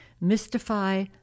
mystify